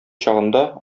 чагында